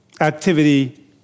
activity